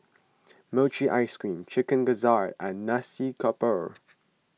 Mochi Ice Cream Chicken Gizzard and Nasi Campur